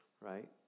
right